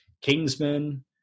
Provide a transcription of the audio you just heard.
Kingsman